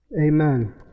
Amen